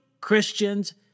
Christians